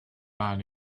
man